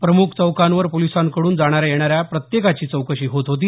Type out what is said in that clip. प्रम्ख चौकांवर पोलिसांकडून जाणाऱ्या येणाऱ्या प्रत्येकाची चौकशी होत होती